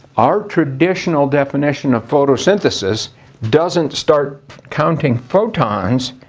our traditional definition of photosynthesis doesn't start counting photons